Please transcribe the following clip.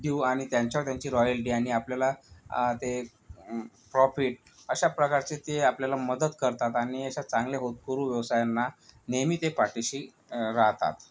देऊ आणि त्यांच्यावर त्यांची रॉयल्टी आणि आपल्याला ते प्रॉफिट अशा प्रकारचे ते आपल्याला मदत करतात आणि अशा चांगल्या होतकरू व्यवसायांना नेहमी ते पाठीशी राहतात